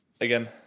again